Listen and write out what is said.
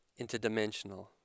interdimensional